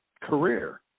career